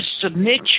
submit